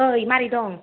ओइ माबोरै दं